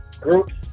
groups